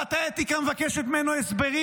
כשוועדת האתיקה מבקשת ממנו הסברים,